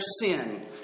sin